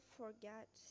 forget